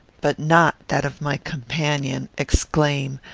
but not that of my companion, exclaim,